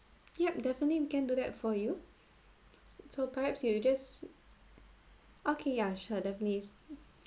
yup definitely we can do that for you so perhaps you just okay ya sure definitely